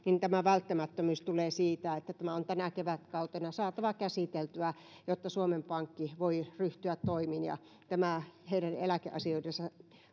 tämä välttämättömyys tulee siitä että tämä on tänä kevätkautena saatava käsiteltyä jotta suomen pankki voi ryhtyä toimiin ja tämä heidän eläkeasioidensa